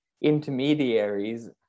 intermediaries